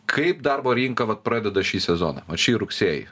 kaip darbo rinka vat pradeda šį sezoną vat šį rugsėjį